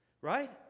right